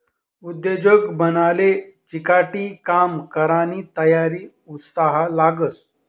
उद्योजक बनाले चिकाटी, काम करानी तयारी, उत्साह लागस